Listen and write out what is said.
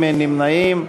נמנעים.